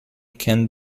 can